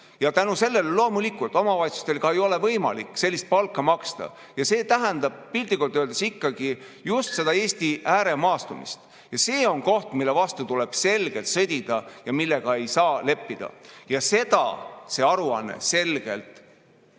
Tänu sellele loomulikult omavalitsustel ka ei ole võimalik sellist palka maksta. See tähendab piltlikult öeldes ikkagi just Eesti ääremaastumist. See on midagi, mille vastu tuleb selgelt sõdida ja millega ei saa leppida. Seda see aruanne selgelt